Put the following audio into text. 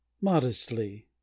Modestly